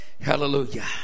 Hallelujah